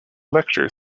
lecture